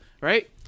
right